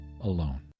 alone